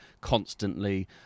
constantly